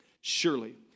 surely